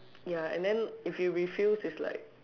ya and then if you refuse it's like